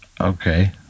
okay